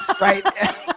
Right